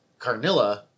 Carnilla